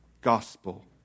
gospel